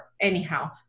anyhow